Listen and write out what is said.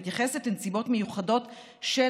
היא מתייחסת לנסיבות מיוחדות של